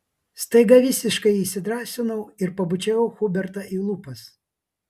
staiga visiškai įsidrąsinau ir pabučiavau hubertą į lūpas